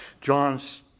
John's